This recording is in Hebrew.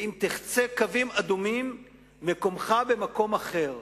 ואם תחצה קווים אדומים, מקומך במקום אחר.